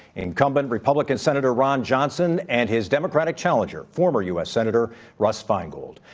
incumbent republican senator ron johnson, and his democratic challenger, former u s. senator russ feingold.